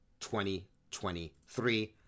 2023